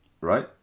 Right